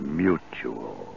mutual